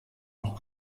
noch